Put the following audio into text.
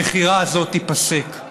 המכירה הזאת תיפסק.